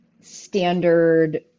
standard